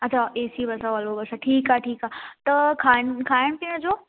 अच्छा A C bus आहे Volvo bus आहे ठीकु आहे ठीकु आहे त खाइ खाइण पीअण जो